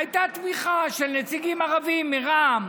והייתה תמיכה של נציגים ערבים מרע"מ.